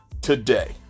today